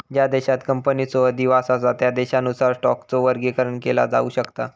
ज्या देशांत कंपनीचो अधिवास असा त्या देशानुसार स्टॉकचो वर्गीकरण केला जाऊ शकता